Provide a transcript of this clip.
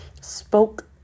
spoke